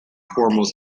foremost